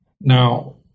Now